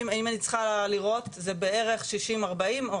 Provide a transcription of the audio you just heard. זה בערך ששים-ארבעים.